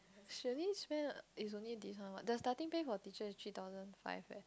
she only spend is only this one what the starting pay for teacher is three thousand five eh